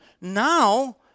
now